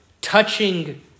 touching